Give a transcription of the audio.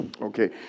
Okay